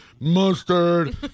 Mustard